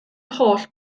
holl